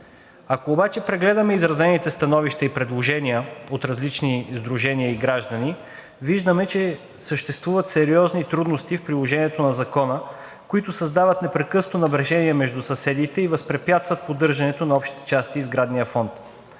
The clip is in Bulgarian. Ако обаче прегледаме изразените становища и предложения от различни сдружения и граждани, виждаме, че съществуват сериозни трудности в приложението на Закона, които създават непрекъснато напрежение между съседите и възпрепятстват поддържането на общите части и сградния фонд.